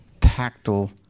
tactile